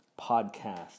podcast